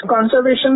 conservation